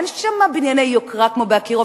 אין שם בנייני יוקרה כמו "אקירוב"